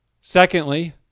Secondly